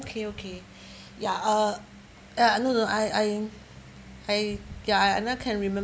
okay okay ya uh ah no no I I I ya and I can remember